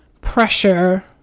pressure